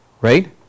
Right